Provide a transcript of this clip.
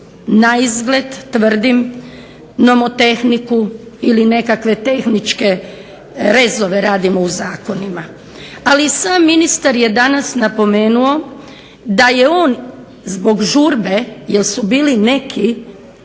naizgled nomotehniku ili nekakve tehničke rezove radimo u zakonima. Ali i sam ministar je danas napomenuo da je on zbog žurbe jer su bili neki